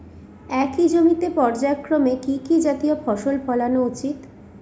একই জমিতে পর্যায়ক্রমে কি কি জাতীয় ফসল ফলানো উচিৎ?